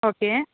okay